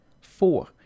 Four